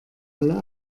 alle